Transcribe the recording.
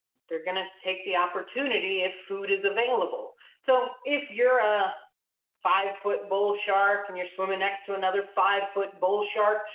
they're going to take the opportunity if food is available. so if you're a five-foot bull shark and you're swimming next to another five-foot bull shark,